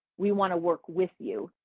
we want to work with you.